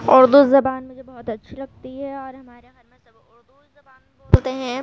اُردو زبان مجھے بہت اچھی لگتی ہے اور ہمارے گھر میں سب اُردو ہی زبان بولتے ہیں